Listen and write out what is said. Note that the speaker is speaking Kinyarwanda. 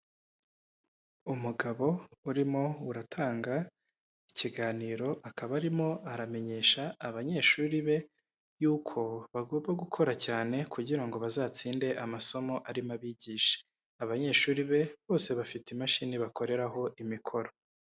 Umugabo urimo uratanga ikiganiro, akaba arimo aramenyesha abanyeshuri be yuko bagomba gukora cyane kugira ngo bazatsinde amasomo arimo abigisha, abanyeshuri be bose bafite imashini bakoreraho imikoro.